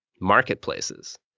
marketplaces